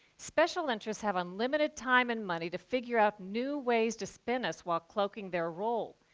special interests have unlimited time and money to figure out new ways to spin us while cloaking their role.